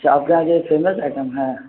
اچھا آپ کا جو یہ فیمس آئٹم ہے